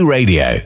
Radio